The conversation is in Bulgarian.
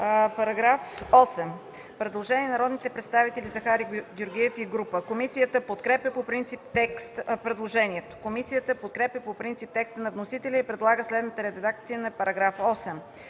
По § 8 има предложение на народния представител Захари Георгиев и група. Комисията подкрепя по принцип предложението. Комисията подкрепя по принцип текста на вносителя и предлага следната редакция на § 8: „§ 8.